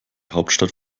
hauptstadt